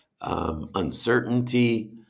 uncertainty